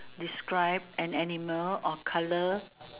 describe an animal or color